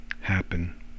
happen